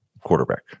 quarterback